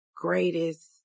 greatest